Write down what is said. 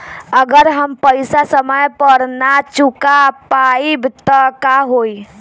अगर हम पेईसा समय पर ना चुका पाईब त का होई?